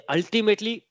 Ultimately